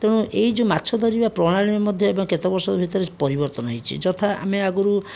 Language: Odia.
ତେଣୁ ଏହି ଯେଉଁ ମାଛ ଧରିବା ପ୍ରଣାଳୀ ମଧ୍ୟ ଏବେ କେତେ ବର୍ଷ ଭିତରେ ପରିବର୍ତ୍ତନ ହୋଇଛି ଯଥା ଆମେ ଆଗରୁ